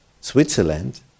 Switzerland